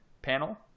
panel